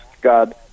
God